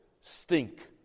stink